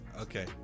okay